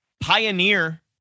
pioneer